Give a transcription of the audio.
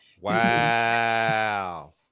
Wow